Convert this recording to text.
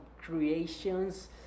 creations